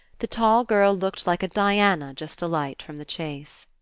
the tall girl looked like a diana just alight from the chase.